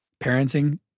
Parenting